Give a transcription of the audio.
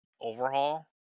Overhaul